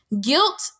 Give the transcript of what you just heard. Guilt